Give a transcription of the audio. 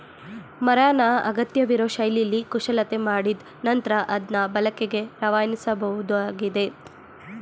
ಮರನ ಅಗತ್ಯವಿರೋ ಶೈಲಿಲಿ ಕುಶಲತೆ ಮಾಡಿದ್ ನಂತ್ರ ಅದ್ನ ಬಳಕೆಗೆ ರವಾನಿಸಬೋದಾಗಿದೆ